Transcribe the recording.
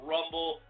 Rumble